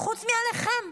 חוץ מעליכם,